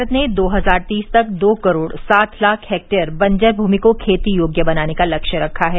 भारत ने दो हजार तीस तक दो करोड़ साठ लाख हेक्टयर बंजर भूमि को खेती योग्य बनाने का लक्ष्य रखा है